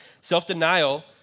Self-denial